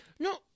No